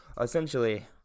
essentially